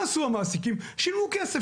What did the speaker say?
מה עשו המעסיקים, שילמו כסף.